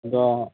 অ